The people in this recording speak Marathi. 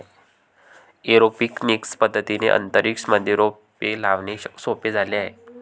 एरोपोनिक्स पद्धतीने अंतरिक्ष मध्ये रोपे लावणे सोपे झाले आहे